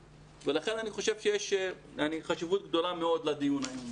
ולכן אני חושב שיש חשיבות גדולה מאוד לדיון היום.